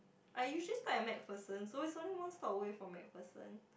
I usually stop at MacPherson so it's only one stop away from MacPherson